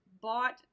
bought